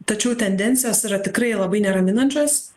tačiau tendencijos yra tikrai labai neraminančios